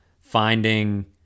finding